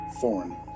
Foreign